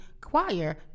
choir